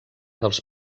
dels